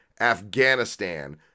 Afghanistan